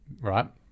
right